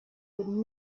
would